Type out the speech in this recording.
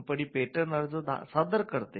company patent अर्ज सादर करते